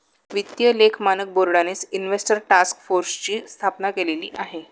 वित्तीय लेख मानक बोर्डानेच इन्व्हेस्टर टास्क फोर्सची स्थापना केलेली आहे